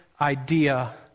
idea